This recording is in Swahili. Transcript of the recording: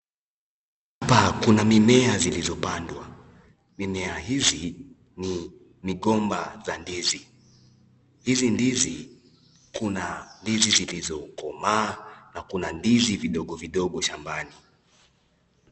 Hapa kuna mimea zilizopandwa. Mimea hizi ni migomba za ndizi. Hizi ndizi, kuna ndizi zilizokomaa na kuna ndizi vidogo vidogo shambani.